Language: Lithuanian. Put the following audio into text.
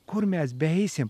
kur mes beeisim